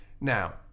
Now